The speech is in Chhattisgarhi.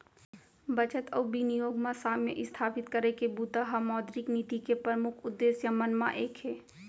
बचत अउ बिनियोग म साम्य इस्थापित करई के बूता ह मौद्रिक नीति के परमुख उद्देश्य मन म एक हे